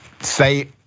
say